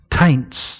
taints